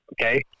okay